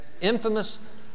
infamous